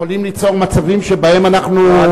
יכולים ליצור מצבים שבהם אנחנו,